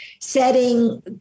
setting